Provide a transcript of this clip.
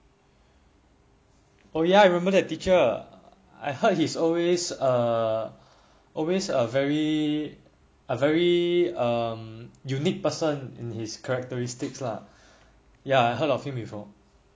oh ya I remember that teacher I heard he's always err always a very a very um unique person in his characteristics lah ya I heard of him before